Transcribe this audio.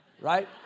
right